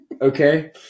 Okay